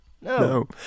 No